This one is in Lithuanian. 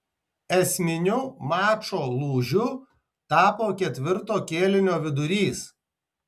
esminiu mačo lūžiu tapo ketvirto kėlinio vidurys